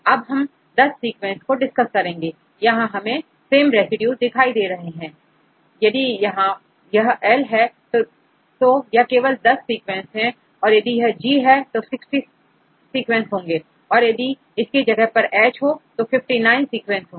अब हम 10 सीक्वेंसेस को डिस्कस करेंगे यहां हमें सेम रेसिड्यूज दिखाई दे रहे हैं यदि यह I है तो यह केवल 10 सीक्वेंसेस है और यदि यहG है तो सिक्सटी सीक्वेंस होंगे यदि इसी जगह परH हो तो 59 सीक्वेंसेस होंगे